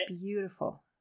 beautiful